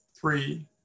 three